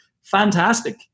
fantastic